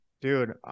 Dude